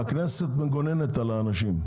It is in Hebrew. הכנסת מגוננת על האנשים,